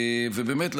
באמת,